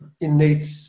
innate